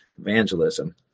evangelism